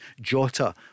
Jota